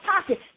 pocket